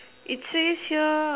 it says here